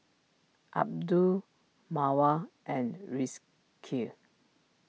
Abdul Mawar and Rizqi